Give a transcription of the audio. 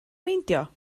meindio